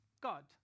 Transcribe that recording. God